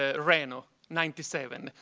ah reno ninety seven.